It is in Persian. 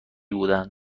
بودن